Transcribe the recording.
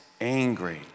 angry